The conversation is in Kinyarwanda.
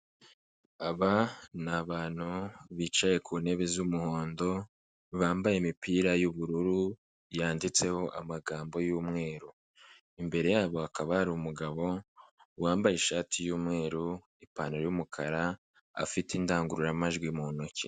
Aba ni abantu bicaye ku ntebe z'umuhondo bambaye imipira y'ubururu yanditseho amagambo y'umweru, imbere yabo akaba hari umugabo wambaye ishati y'umweru ipantaro y'umukara afite indangururamajwi mu ntoki.